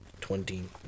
twenty